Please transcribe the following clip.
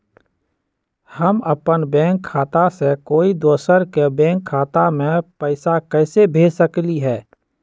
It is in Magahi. हम अपन बैंक खाता से कोई दोसर के बैंक खाता में पैसा कैसे भेज सकली ह?